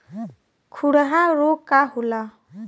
खुरहा रोग का होला?